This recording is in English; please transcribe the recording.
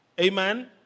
Amen